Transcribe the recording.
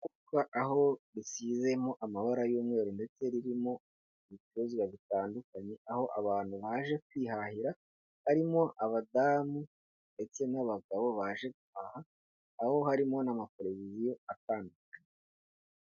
Iduka aho risizemo amabara y'umweru, ndetse ririmo ibicuruzwa bitandukanye, aho abantu baje kwihahira, harimo abadamu, ndetse n'abagabo baje guhaha, aho harimo n'ama televiziyo atandukanye.